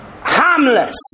harmless